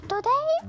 Today